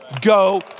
go